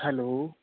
hello